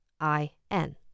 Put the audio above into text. I-N